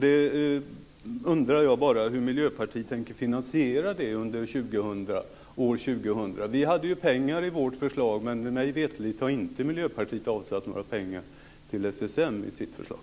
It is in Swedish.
Jag undrar bara hur Miljöpartiet tänker finansiera det för år 2000. Vi anvisade pengar i vårt förslag, men mig veterligt har Miljöpartiet inte avsatt några pengar till SSM i sitt förslag.